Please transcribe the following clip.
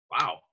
wow